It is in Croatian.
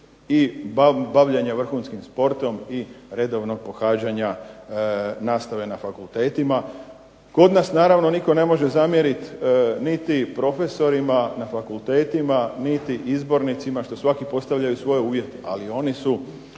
i bavljenja vrhunskim sportom i redovnog pohađanja nastave na fakultetima. Kod nas naravno nitko ne može zamjeriti niti profesorima na fakultetima niti izbornicima što svaki postavljaju svoje uvjete. Ali oni su